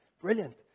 Brilliant